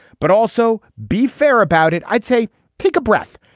but also be fair about it. i'd say take a breath,